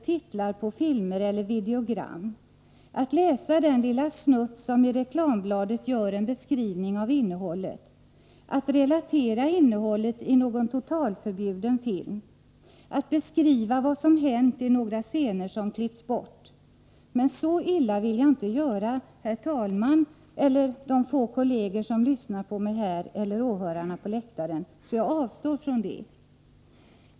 titlar på filmer eller videogram, att läsa den lilla snutt som i reklambladet gör en beskrivning av innehållet, att relatera innehållet i någon totalförbjuden film, att beskriva vad som hänt i några scener som klippts bort. Men så illa vill jag inte göra herr talmannen, de få kolleger som lyssnar på mig här eller åhörarna på läktaren, så jag avstår från det.